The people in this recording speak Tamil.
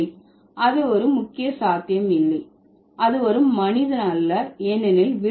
இல்லை அது ஒரு முக்கிய சாத்தியம் இல்லை அது ஒரு மனித அல்ல ஏனெனில்